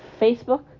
Facebook